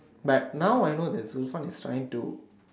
but now I know that there's Lufan that's signed to